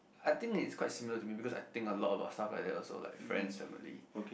I think is quite similar to me because I think a lot about stuff like that also like friends family